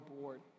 board